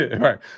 Right